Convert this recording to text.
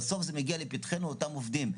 בסוף זה מגיע לפתחנו אותם עובדים,